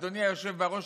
אדוני היושב בראש,